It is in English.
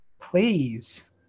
Please